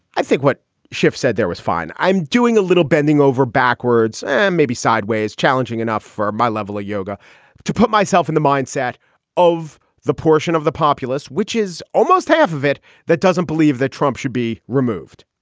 i think what schiff said there was fine. i'm doing a little bending over backwards and maybe sideways, challenging enough for my level of yoga to put myself in the mindset of the portion of the populace, which is almost half of it that doesn't believe that trump should be removed.